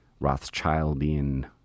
Rothschildian